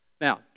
Now